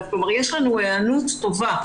כלומר יש לנו היענות טובה.